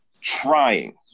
trying